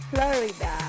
Florida